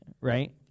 right